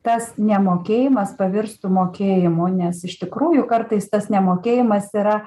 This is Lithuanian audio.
tas nemokėjimas pavirstų mokėjimu nes iš tikrųjų kartais tas nemokėjimas yra